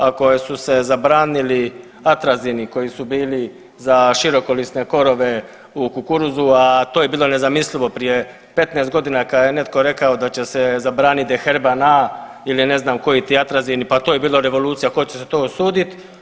Ako su se zabranili atrazini koji su bili za širokolisne korove u kukuruzu, a to je bilo nezamislivo prije 15 godina kad je neko rekao da će se zabranit Deherbana ili ne znam koji ti atrazivni pa to je bila revolucija ko će se to usudit.